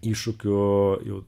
iššūkių jau